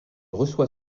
reçoit